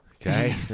Okay